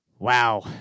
Wow